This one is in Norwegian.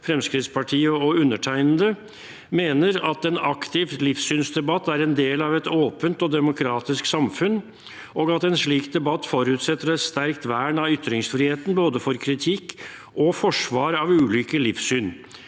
Fremskrittspartiet og undertegnede, mener at en aktiv livssynsdebatt er en del av et åpent og demokratisk samfunn, og at en slik debatt forutsetter et sterkt vern av ytringsfriheten, for både kritikk og forsvar av ulike livssyn.